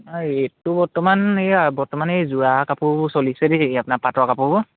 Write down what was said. ৰেটটো বৰ্তমান এইয়া বৰ্তমান এই যোৰা কাপোৰবোৰ চলিছে দে আপোনাৰ পাটৰ কাপোৰ